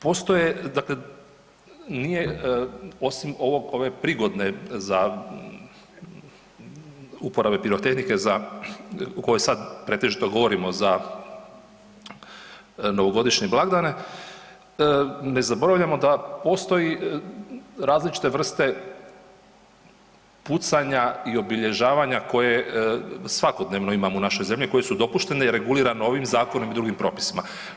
Postoje, dakle nije osim ovog, ove prigodne za, uporabe pirotehnike za, o kojoj sad pretežito govorimo, za novogodišnje blagdane, ne zaboravljamo da postoji različite vrste pucanja i obilježavanja koje svakodnevno imamo u našoj zemlji, koje su dopuštene i regulirani ovim zakonom i drugim propisima.